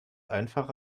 einfach